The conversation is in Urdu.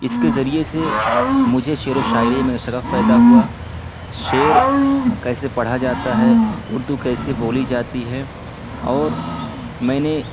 اس کے ذریعے سے مجھے شعر و شاعری میں شغف پیدا ہوا شعر کیسے پڑھا جاتا ہے اردو کیسے بولی جاتی ہے اور میں نے